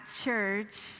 church